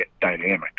dynamic